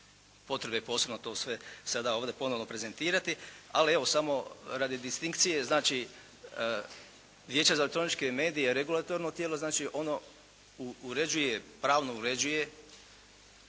potrebe posebno to sve sada ovdje ponovno prezentirati. Ali evo, samo radi distinkcije. Znači, Vijeće za elektroničke medije je regulatorno tijelo. Ono uređuje, pravno uređuje